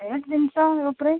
rate ଜିନିଷ ଉପରେ